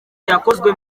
yakozwe